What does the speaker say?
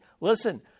Listen